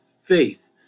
faith